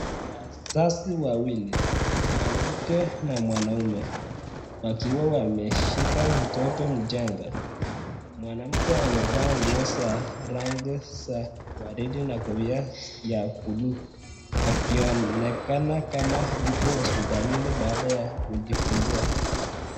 Wazazi wawili, mwanamke na mwanaume, wakiwa wameshika mtoto mchanga. Mwanamke amevaa nguo za rangi za waridi na kofia ya buluu akionekana kama yuko hospitalini baada ya kujifungua.